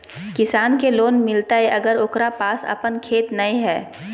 किसान के लोन मिलताय अगर ओकरा पास अपन खेत नय है?